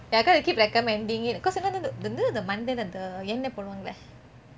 because they keep recommending it because you know the the மண்டேல அந்த எண்ணெய் போடுவாங்கலே:mandela antha ennai poduvaangeleh